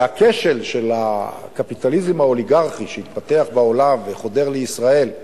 כי הכשל של הקפיטליזם האוליגרכי שהתפתח בעולם וחודר לישראל,